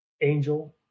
angel